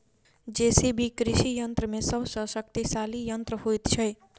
JCB कृषि यंत्र मे सभ सॅ शक्तिशाली यंत्र होइत छै